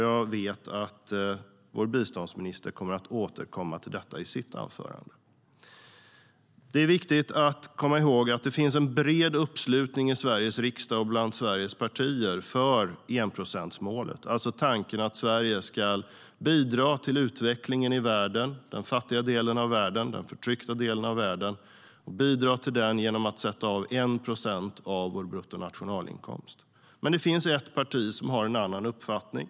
Jag vet att vår biståndsminister kommer att återkomma till detta i sitt anförande. Det är viktigt att komma ihåg att det finns en bred uppslutning i Sveriges riksdag och bland Sveriges partier för enprocentsmålet, det vill säga tanken att Sverige ska bidra till utveckling i den fattiga och förtryckta delen av världen genom att sätta av 1 procent av vår bruttonationalinkomst. Men det finns ett parti som har en annan uppfattning.